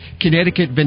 Connecticut